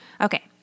Okay